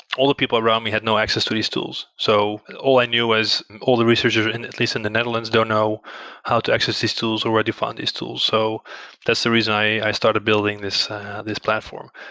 all the people around me had no access to these tools, so all i knew was all the researchers at least in the netherlands don't know how to access these tools, already found these tools. so that's the reason i started building this this platform.